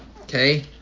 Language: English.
Okay